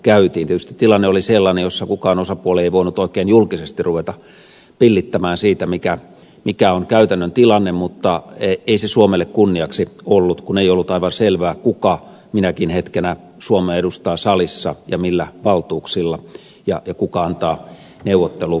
tietysti tilanne oli sellainen jossa kukaan osapuoli ei voinut oikein julkisesti ruveta pillittämään siitä mikä on käytännön tilanne mutta ei se suomelle kunniaksi ollut kun ei ollut aivan selvää kuka minäkin hetkenä suomea edustaa salissa ja millä valtuuksilla ja kuka antaa neuvotteluohjeet